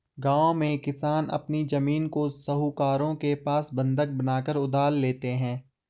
गांव में किसान अपनी जमीन को साहूकारों के पास बंधक बनाकर उधार लेते हैं